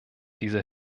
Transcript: diese